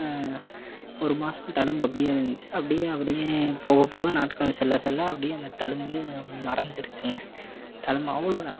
ஒரு மாதம் தழும்பு அப்படியே இருந்துச்சி அப்படியே அப்படியே போகப் போக நாட்கள் செல்லச் செல்ல அப்படியே அந்த தழும்பு மறைஞ்சிருச்சிங்க தழும்பு அவ்வளோ தான்